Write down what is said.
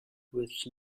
with